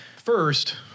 First